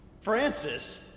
Francis